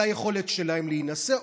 על היכולת שלהם להינשא,